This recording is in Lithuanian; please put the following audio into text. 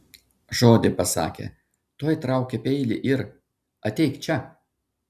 žodį pasakė tuoj traukia peilį ir ateik čia